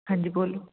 ਹਾਂਜੀ ਬੋਲੋ